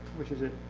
which is it?